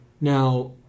Now